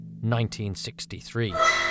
1963